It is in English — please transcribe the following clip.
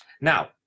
Now